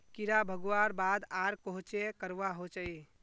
कीड़ा भगवार बाद आर कोहचे करवा होचए?